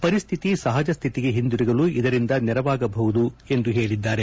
ಪರಿಸ್ಥಿತಿ ಸಹಜ ಸ್ಥಿತಿಗೆ ಹಿಂದುರುಗಲು ಇದರಿಂದ ನೆರವಾಗಬಹುದು ಎಂದು ಹೇಳಿದ್ದಾರೆ